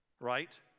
Right